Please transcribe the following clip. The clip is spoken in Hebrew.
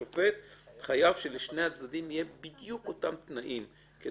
חייב שלשני הצדדים יהיו בדיוק אותם תנאים?